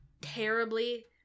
terribly